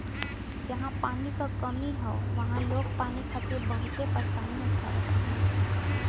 जहां पानी क कमी हौ वहां लोग पानी खातिर बहुते परेशानी उठावत हउवन